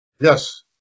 Yes